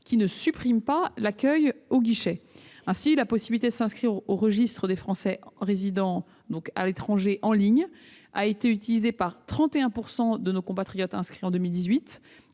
qui ne supprime pas l'accueil au guichet. La possibilité de s'inscrire en ligne au registre des Français résidant à l'étranger a été utilisée par 31 % de nos compatriotes inscrits en 2018,